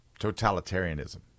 totalitarianism